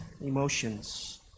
emotions